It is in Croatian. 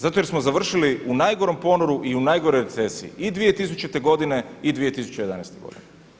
Zato jer smo završili u najgorem ponoru i najgoroj recesiji i 2000. godine i 2011. godine.